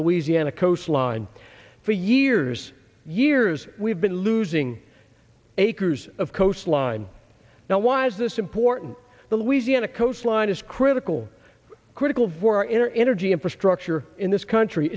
louisiana coastline for years years we've been losing acres of coastline now why is this important the louisiana coastline is critical critical for energy infrastructure in this country